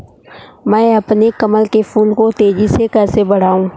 मैं अपने कमल के फूल को तेजी से कैसे बढाऊं?